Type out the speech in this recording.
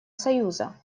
союза